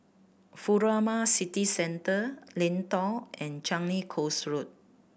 Furama City Centre Lentor and Changi Coast Road